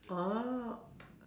orh